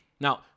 Now